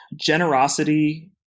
Generosity